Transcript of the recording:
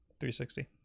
360